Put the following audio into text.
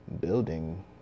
building